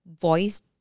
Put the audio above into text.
voice